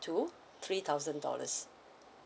to three thousand dollars